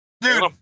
dude